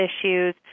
issues